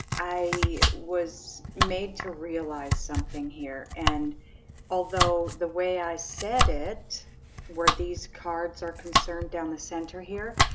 i was made to realize something here and although the way i said it where these cards are concerned down the center here.